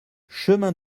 chemin